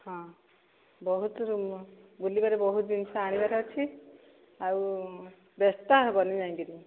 ହଁ ବହୁତ ବୁଲିବାର ବହୁତ ଜିନିଷ ଆଣିବାର ଅଛି ଆଉ ବ୍ୟସ୍ତ ହେବନି ଯାଇକରି